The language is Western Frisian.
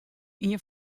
ien